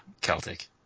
Celtic